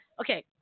okay